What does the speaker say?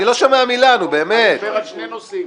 שני נושאים.